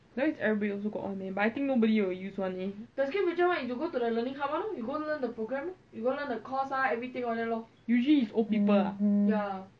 that one is everybody also got [one] leh but I think nobody will use [one] leh usually it's old people ah